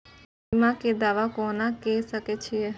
बीमा के दावा कोना के सके छिऐ?